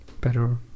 better